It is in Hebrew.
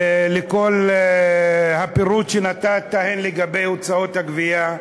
ולכל הפירוט שנתת, לגבי הוצאות הגבייה,